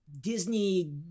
Disney